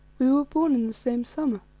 we were born in the same summer,